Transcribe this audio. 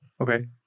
Okay